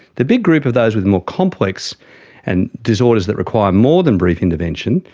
the big group of those with more complex and disorders that require more than brief intervention,